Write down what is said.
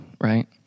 right